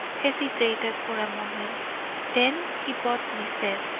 hesitated for a moment then he boldly said